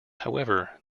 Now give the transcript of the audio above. however